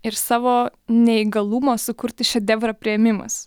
ir savo neįgalumo sukurti šedevrą priėmimas